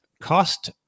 Cost